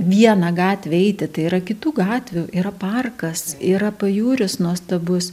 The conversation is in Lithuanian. viena gatve eiti tai yra kitų gatvių yra parkas yra pajūris nuostabus